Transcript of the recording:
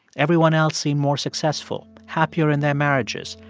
everyone else seemed more successful, happier in their marriages,